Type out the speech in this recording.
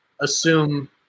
assume